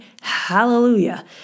hallelujah